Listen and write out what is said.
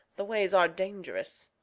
the ways are dangerous.